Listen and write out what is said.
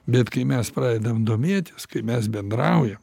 bet kai mes pradedame domėtis kai mes bendraujam